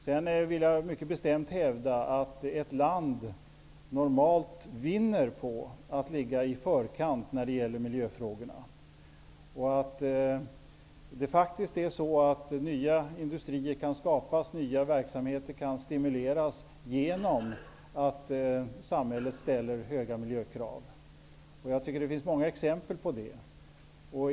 Jag vill mycket bestämt hävda att ett land normalt vinner på att ligga i förkant när det gäller miljöfrågorna. Nya industrier kan skapas ocn nya verksamheter kan stimuleras genom att samhället ställer höga miljökrav. Det finns många exempel på det.